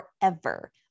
forever